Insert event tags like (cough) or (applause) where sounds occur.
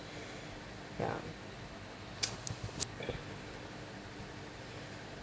ya (noise)